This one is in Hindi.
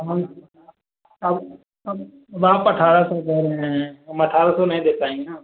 हम आप अठारह सौ कह रहे हैं हम अठारह सौ नहीं दे पाएँगे ना